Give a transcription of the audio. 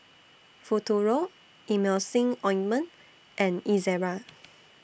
Futuro Emulsying Ointment and Ezerra